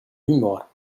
humor